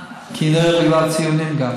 כנראה גם בגלל הציונים.